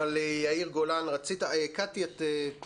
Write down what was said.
אבל יאיר גולן, רצית קטי, אחר כך?